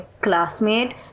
classmate